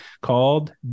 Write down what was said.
called